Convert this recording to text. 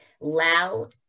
loud